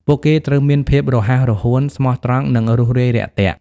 ពួកគេត្រូវមានភាពរហ័សរហួន ស្មោះត្រង់ និងរួសរាយរាក់ទាក់។